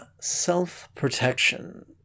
Self-Protection